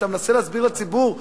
מה שאתה מנסה להסביר לציבור.